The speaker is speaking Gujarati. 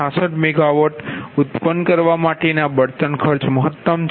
66 MW ઉત્પન્ન કરવા માટેના બળતણ ખર્ચ મહત્તમ છે